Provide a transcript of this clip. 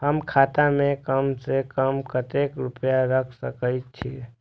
हम खाता में कम से कम कतेक रुपया रख सके छिए?